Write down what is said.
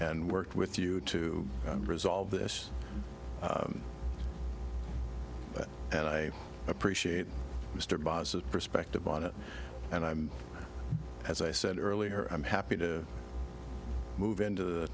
and worked with you to resolve this and i appreciate mr bosler perspective on it and i'm as i said earlier i'm happy to move into the